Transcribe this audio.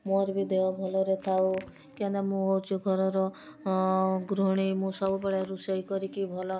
ମୋର ବି ଦେହ ଭଲରେ ଥାଉ କେନ୍ତା ମୁଁ ହେଉଛି ଘରର ଗୃହିଣୀ ମୁଁ ସବୁବେଳେ ରୋଷେଇ କରିକି ଭଲ